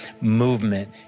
movement